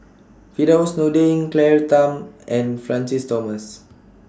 Firdaus Nordin Claire Tham and Francis Thomas